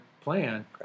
plan